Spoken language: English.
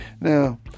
Now